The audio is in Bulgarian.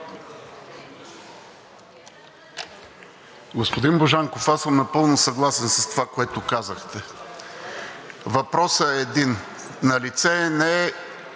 Господин Божанков, аз съм напълно съгласен с това, което казахте. Въпросът е един – налице е не